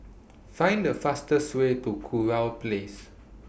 Find The fastest Way to Kurau Place